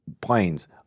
planes